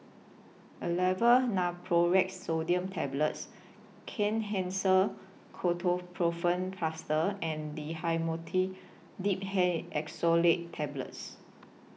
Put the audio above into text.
Aleve Naproxen Sodium Tablets Kenhancer Ketoprofen Plaster and Dhamotil Diphenoxylate Tablets